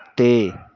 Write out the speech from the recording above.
ਅਤੇ